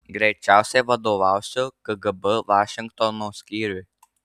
greičiausiai vadovausiu kgb vašingtono skyriui